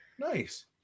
Nice